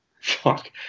Fuck